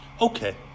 Okay